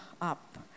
up